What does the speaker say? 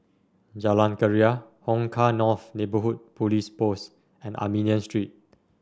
Jalan Keria Hong Kah North Neighbourhood Police Post and Armenian Street